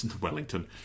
Wellington